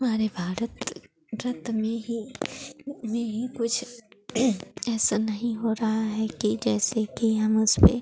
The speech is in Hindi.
हमारे भारत रत में ही में ही कुछ ऐसा नहीं हो रहा है कि जैसे कि हम उसपर